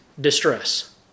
distress